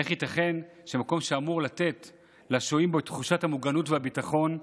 איך ייתכן שמקום שאמור לתת לשוהים בו את תחושת המוגנות והביטחון,